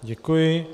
Děkuji.